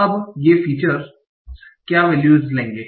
अब ये फीचर्स क्या वैल्यूस लेंगे